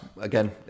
again